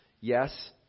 Yes